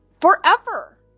forever